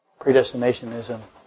Predestinationism